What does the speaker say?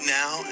now